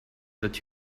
that